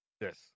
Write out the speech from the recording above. yes